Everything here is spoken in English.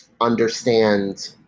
understand